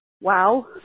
Wow